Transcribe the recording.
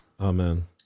amen